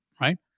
right